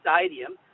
Stadium